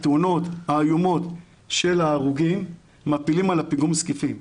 התאונות האיומות של ההרוגים מפילים על פיגום הזקיפים.